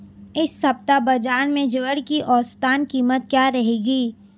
इस सप्ताह बाज़ार में ज्वार की औसतन कीमत क्या रहेगी?